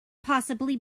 possibly